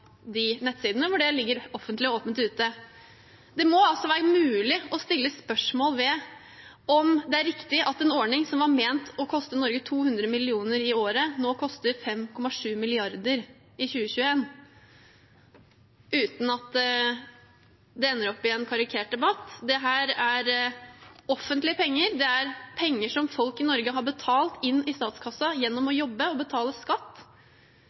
nettsidene der det ligger offentlig og åpent ute. Det må være mulig å stille spørsmål ved om det er riktig at en ordning som var ment å koste Norge 200 mill. kr i året, nå i 2021 koster 5,7 mrd. kr, uten at det ender opp i en karikert debatt. Dette er offentlige penger. Det er penger som folk i Norge har betalt inn til statskassen gjennom å jobbe og betale skatt.